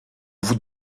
vous